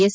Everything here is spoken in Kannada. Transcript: ಎಸ್